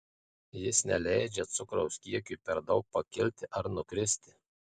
jis neleidžia cukraus kiekiui per daug pakilti ar nukristi